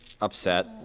upset